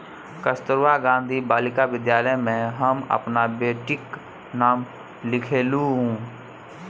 कस्तूरबा गांधी बालिका विद्यालय मे हम अपन बेटीक नाम लिखेलहुँ